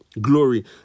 glory